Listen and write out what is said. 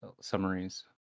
summaries